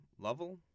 Lovell